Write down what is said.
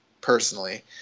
personally